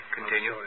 Continue